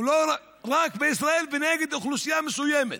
רק בישראל ונגד אוכלוסייה מסוימת,